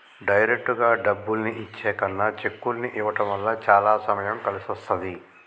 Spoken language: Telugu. డైరెక్టుగా డబ్బుల్ని ఇచ్చే కన్నా చెక్కుల్ని ఇవ్వడం వల్ల చానా సమయం కలిసొస్తది